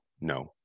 no